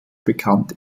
bekannt